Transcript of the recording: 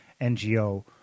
NGO